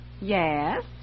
Yes